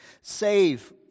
Save